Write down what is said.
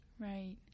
Right